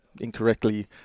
incorrectly